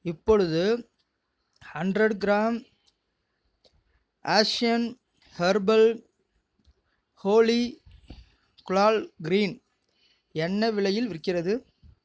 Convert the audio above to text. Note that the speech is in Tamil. இப்பொழுது hundred gram Ascension herbal Holi gulal green என்ன விலையில் விற்கிறது